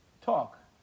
Talk